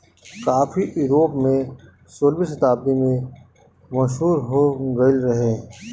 काफी यूरोप में सोलहवीं शताब्दी में मशहूर हो गईल रहे